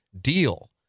deal